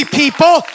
people